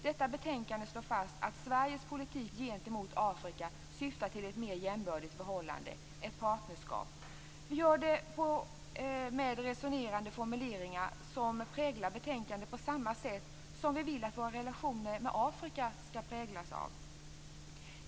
Detta betänkande slår fast att Sveriges politik gentemot Afrika syftar till ett mer jämbördigt förhållande - ett partnerskap - och dessa resonerande formuleringar präglar betänkandet. På samma sätt vill vi att våra relationer med Afrika skall präglas av detta synsätt.